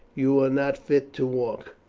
you are not fit to walk.